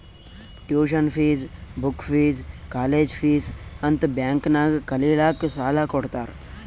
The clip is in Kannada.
tuition fees, book fees, college fees ಅಂತ್ ಬ್ಯಾಂಕ್ ನಾಗ್ ಕಲಿಲ್ಲಾಕ್ಕ್ ಸಾಲಾ ಕೊಡ್ತಾರ್